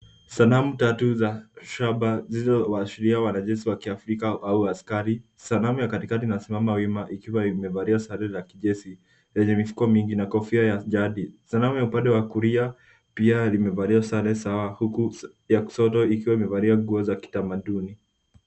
Sanamu tatu za shaba zilizoashiria wanajeshi wa Kiafrika au askari. Sanamu ya katikati inasimama wima ikiwa imevalia sare za kijeshi yenye mifuko mingi na kofia ya jadi. Sanamu ya upande wa kulia pia limevalia sare sawa huku ya kushoto ikiwa imevalia nguo za kitamaduni.